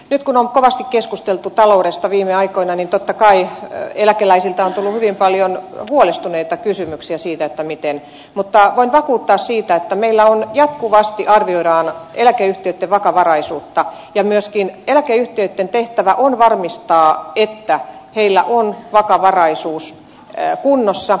nyt kun on kovasti keskusteltu taloudesta viime aikoina niin totta kai eläkeläisiltä on tullut hyvin paljon huolestuneita kysymyksiä mutta voin vakuuttaa että meillä jatkuvasti arvioidaan eläkeyhtiöitten vakavaraisuutta ja myöskin eläkeyhtiöitten tehtävä on varmistaa että niillä on vakavaraisuus kunnossa